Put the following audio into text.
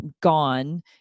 gone